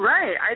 Right